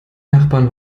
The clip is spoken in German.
nachbarn